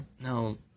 No